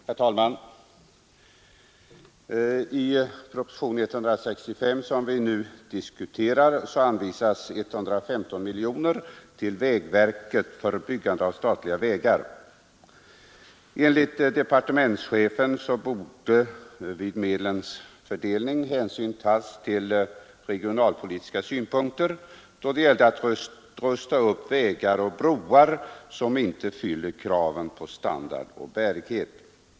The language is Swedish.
Herr talman! I propositionen 165 som vi nu diskuterar anvisas 115 miljoner kronor till vägverket för byggande av statliga vägar. Enligt departementschefen borde vid medlens fördelning hänsyn tas till regionalpolitiska synpunkter då det gäller att rusta upp vägar och broar som inte fyller kraven på standard och bärighet.